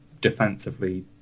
defensively